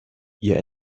ihr